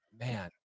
Man